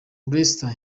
rasta